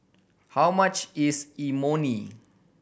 how much is Imoni